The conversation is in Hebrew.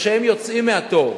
שהם יוצאים מהתור.